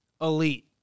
elite